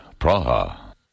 Praha